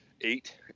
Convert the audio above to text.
eight